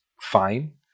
fine